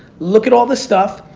look at all the stuff,